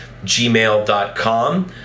gmail.com